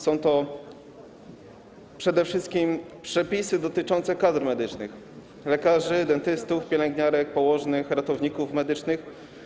Są to przede wszystkim przepisy dotyczące kadr medycznych: lekarzy, lekarzy dentystów, pielęgniarek, położnych, ratowników medycznych.